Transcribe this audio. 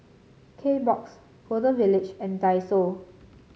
Kbox Golden Village and Daiso